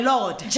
Lord